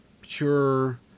pure